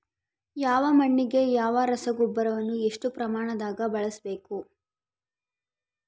ಯಾವ ಮಣ್ಣಿಗೆ ಯಾವ ರಸಗೊಬ್ಬರವನ್ನು ಎಷ್ಟು ಪ್ರಮಾಣದಾಗ ಬಳಸ್ಬೇಕು?